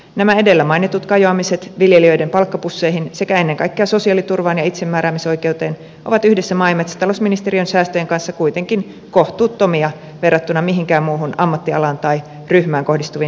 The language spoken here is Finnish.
nämä edellä mainitut kajoamiset viljelijöiden palkkapusseihin sekä ennen kaikkea sosiaaliturvaan ja itsemääräämisoikeuteen ovat yhdessä maa ja metsätalousministeriön säästöjen kanssa kuitenkin kohtuuttomia verrattuna mihinkään muuhun ammattialaan tai ryhmään kohdistuviin leikkaustoimenpiteisiin